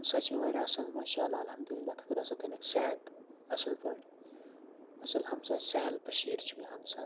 ہَمساے چھِ مےٚ واریاہ اصٕل ماشاء اللہ الحمدُ للہ تہٕ خۄدا صٲب تھٲینَکھ صحت تہٕ اصٕل پٲٹھۍ اصٕل ہمساے سہیل بشیٖر چھُ مےٚ ہمساے